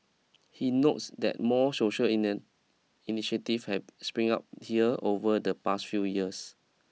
he notes that more social inner initiative have spring up here over the past few years